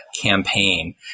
campaign